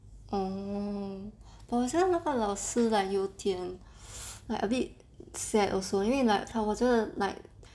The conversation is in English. oh but 有时候那个老师 like 有点 like a bit sad also 因为 like 我觉得 like